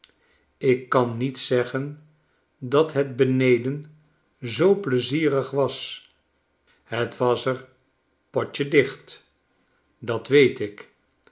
ik kan niet zeggen dat het beneden zoo pleizierig was het was er potjedicht dat weet ik